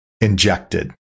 injected